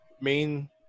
main